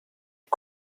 you